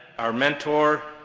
our mentor,